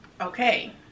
okay